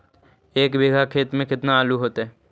एक बिघा खेत में केतना आलू होतई?